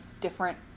different